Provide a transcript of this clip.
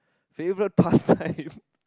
favourite pastime